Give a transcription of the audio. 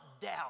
doubt